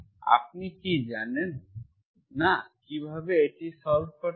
আপনি কি জানেন না কিভাবে এটি সল্ভ করতে হয়